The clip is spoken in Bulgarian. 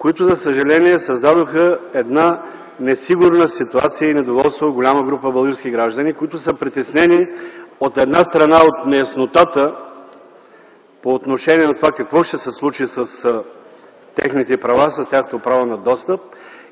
усещане за тревожност, създадоха несигурна ситуация и недоволство в голяма група български граждани, които са притеснени, от една страна, от неяснотата по отношение на това какво ще се случи с техните права, с тяхното право на достъп,